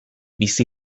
bizi